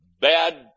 bad